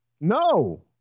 No